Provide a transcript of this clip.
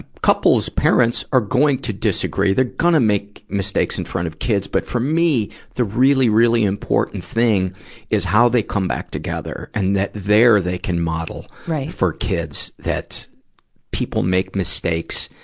ah couples, parents are going to disagree. they're gonna make mistakes in front of kids. but, for me, the really, really, important thing is how they come back together, and that there they can model for kids, that people make mistakes.